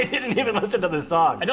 didn't even listen to the song.